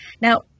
Now